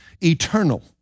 eternal